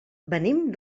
venim